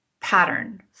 pattern